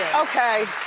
okay,